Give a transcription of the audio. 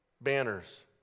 banners